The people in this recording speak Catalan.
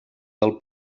del